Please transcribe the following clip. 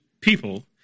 people